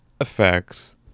effects